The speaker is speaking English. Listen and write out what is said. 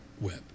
web